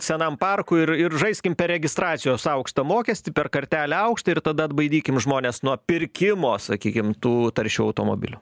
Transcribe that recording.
senam parkui ir ir žaiskim per registracijos aukštą mokestį per kartelę aukštą ir tada neatbaidykim žmones nuo pirkimo sakykim tų taršių automobilių